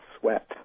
sweat